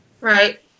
right